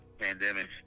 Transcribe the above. pandemic